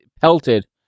pelted